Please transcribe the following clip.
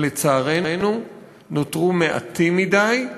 שלצערנו נותרו מעטים מדי,